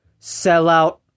sellout